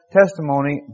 testimony